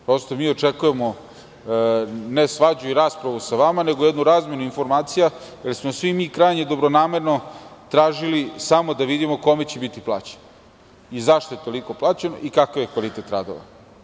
Prosto mi očekujemo, ne svađu i raspravu sa vama, nego jednu razmenu informacija, jer smo svi mi krajnje dobronamerno tražili samo da vidimo kome će biti plaćeno i zašto je toliko plaćeno i kakav je kvalitet radova.